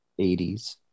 80s